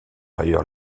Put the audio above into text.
ailleurs